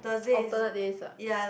alternate days ah